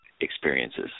experiences